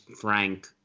Frank